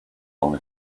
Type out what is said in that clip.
only